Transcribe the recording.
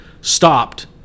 stopped